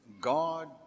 God